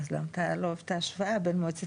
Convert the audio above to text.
אז למה אתה לא אוהב את ההשוואה בין מועצת